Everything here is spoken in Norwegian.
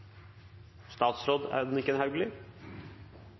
statsråd Hauglie